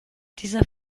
dieser